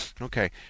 Okay